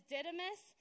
Didymus